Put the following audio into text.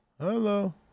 Hello